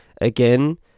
again